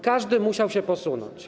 Każdy musiał się posunąć.